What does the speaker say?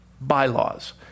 bylaws